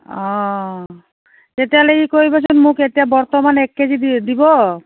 অঁ তেতিয়াহ'লে ই কৰিবাচোন মোক এতিয়া বৰ্তমান এক কেজি দিব